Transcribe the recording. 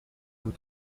vous